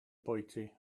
bwyty